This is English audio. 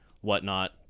whatnot